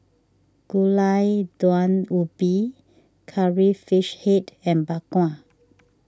Gulai Daun Ubi Curry Fish Head and Bak Kwa